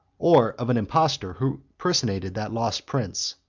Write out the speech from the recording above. or of an impostor who personated that lost prince.